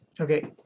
Okay